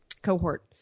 cohort